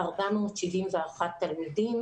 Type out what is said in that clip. על 275,471 תלמידים.